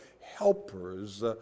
helpers